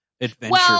adventure